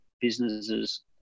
Businesses